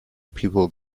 people